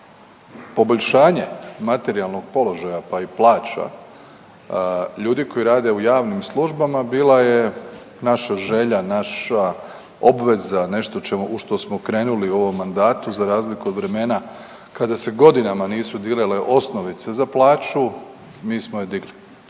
poboljšanje materijalnog položaja, pa i plaća ljudi koji rade u javnim službama, bila je naša želja, naša obveza, nešto u što smo krenuli u ovom mandatu za razliku od vremena kada se godinama nisu dirale osnovice za plaću, mi smo je, mi